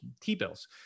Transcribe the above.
T-bills